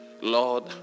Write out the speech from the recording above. Lord